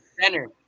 Center